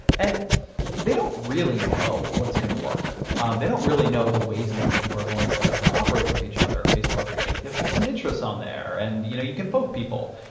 and they don't really know what's going to work. um they don't really know the ways in which people are going to to operate with each other. facebook, it's like, yeah, put some interests on there and you know you can poke people.